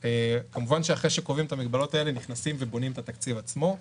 כמובן שאחרי שקובעים את המגבלות האלה נכנסים ובונים את התקציב עצמו,